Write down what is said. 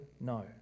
No